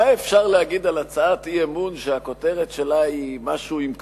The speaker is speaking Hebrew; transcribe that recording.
מה אפשר להגיד על הצעת אי-אמון שהכותרת שלה היא משהו עם כלום?